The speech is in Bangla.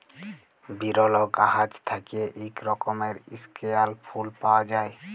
বিরল গাহাচ থ্যাইকে ইক রকমের ইস্কেয়াল ফুল পাউয়া যায়